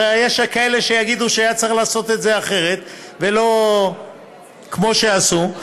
ויש כאלה שיגידו שהיה צריך לעשות את זה אחרת ולא כמו שעשו.